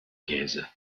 käse